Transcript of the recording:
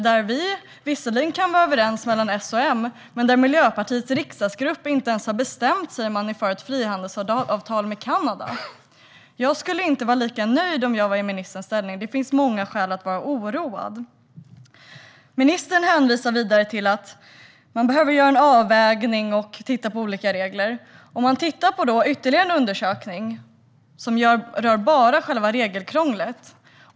Vi kan visserligen vara överens mellan S och M, men Miljöpartiets riksdagsgrupp har inte ens bestämt sig för om man är för ett frihandelsavtal med Kanada. Jag skulle inte vara lika nöjd om jag var i ministerns position. Det finns många skäl att vara oroad. Ministern hänvisar vidare till att det behöver göras en avvägning mellan olika regler. Låt oss titta på ytterligare en undersökning, som rör bara själva regelkrånglet.